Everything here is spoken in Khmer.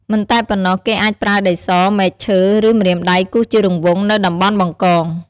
មិនតែប៉ុណ្ណោះគេអាចប្រើដីស មែកឈើ ឬម្រាមដៃគូសជារង្វង់ នៅតំបន់បង្កង។